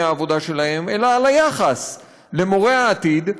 העבודה שלהם אלא על היחס למורי העתיד,